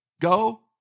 go